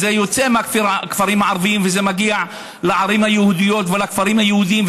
זה יוצא מהכפרים הערביים וזה מגיע לערים היהודיות ולכפרים היהודיים,